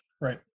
right